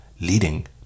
leading